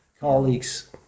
colleagues